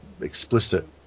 explicit